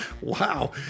Wow